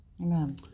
Amen